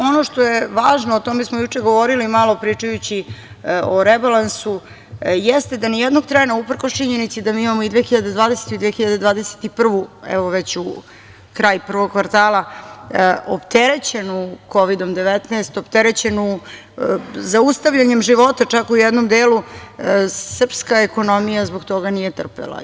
Ono što je važno, o tome smo juče govorili malo pričajući o rebalansu, jeste da ni jednog trena uprkos činjenici da mi imamo i 2020. i 2021. godinu, evo već kraj prvog kvartala, opterećenu Kovidom 19, opterećenu zaustavljanjem života čak u jednom delu srpska ekonomija zbog toga nije trpela.